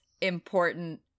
important